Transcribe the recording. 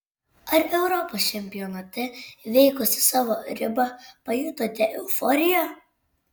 ar europos čempionate įveikusi savo ribą pajutote euforiją